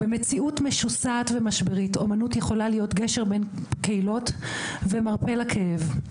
במציאות משוסעת ומשברית אומנות יכולה להיות גשר בין קהילות ומרפה לכאב.